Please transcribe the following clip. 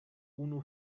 unu